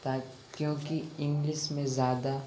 تا کیونکہ انگلش میں زیادہ